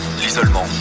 l'isolement